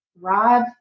Rob